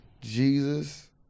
Jesus